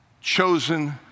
chosen